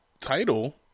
title